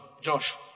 Josh